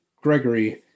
Gregory